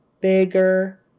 bigger